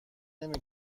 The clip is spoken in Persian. نمی